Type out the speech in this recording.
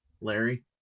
Larry